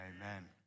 amen